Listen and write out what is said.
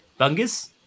Bungus